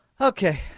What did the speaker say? Okay